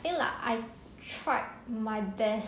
think like I tried my best